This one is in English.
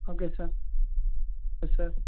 okay sir yes sir